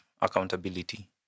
accountability